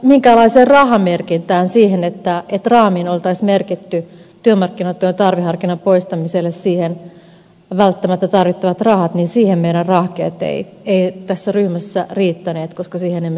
minkäänlaiseen rahamerkintään siihen että raamiin olisi merkitty työmarkkinatuen tarveharkinnan poistamiselle välttämättä tarvittavat rahat meidän rahkeemme eivät tässä ryhmässä riittäneet koska siihen emme saaneet rahaa